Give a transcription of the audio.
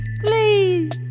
Please